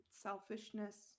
selfishness